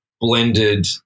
blended